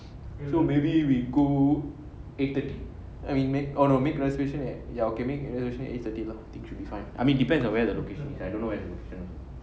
so maybe we go eight thirty I mean make oh no make reservation at ya okay make reservation at eight thirty lah I think should be fine I mean depends on where the location I don't know where's the location